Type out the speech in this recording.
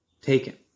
taken